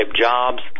jobs